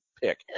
pick